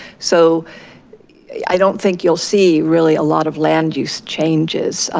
so i don't think you'll see really a lot of land use changes.